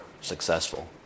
successful